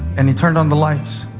and he turned on the lights.